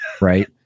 Right